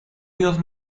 ríos